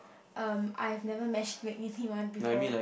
um I've never match make anyone before